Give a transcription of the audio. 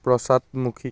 পশ্চাদমুখী